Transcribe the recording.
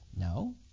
No